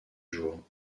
jour